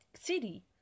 City